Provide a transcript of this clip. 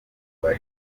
rwa